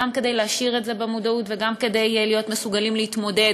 גם כדי להשאיר את זה במודעות וגם כדי להיות מסוגלים להתמודד